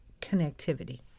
connectivity